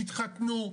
התחתנו,